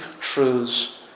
truths